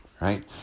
right